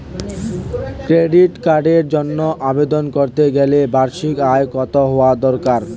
Credit কার্ডের জন্য আবেদন করতে গেলে বার্ষিক আয় কত হওয়া দরকার?